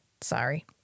sorry